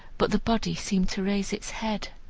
but the body seemed to raise its head.